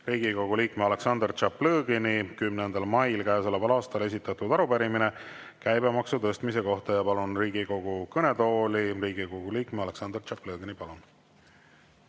Riigikogu liikme Aleksandr Tšaplõgini 10. mail käesoleval aastal esitatud arupärimine käibemaksu tõstmise kohta. Palun Riigikogu kõnetooli Riigikogu liikme Aleksandr Tšaplõgini. Palun!